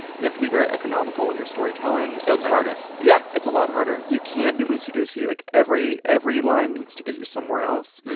you have to be very economical with your storytelling so it's harder yeah. it's a lot harder. you can't be loosey-goosey. like, every every line needs to get you somewhere else.